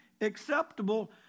acceptable